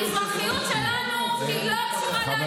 המזרחיות שלנו לא קשורה לאלימות.